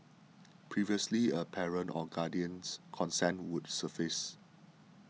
previously a parent or guardian's consent would suffice